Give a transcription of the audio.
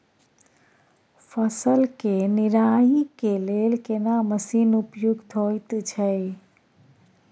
फसल के निराई के लेल केना मसीन उपयुक्त होयत छै?